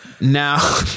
Now